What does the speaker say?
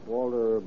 Walter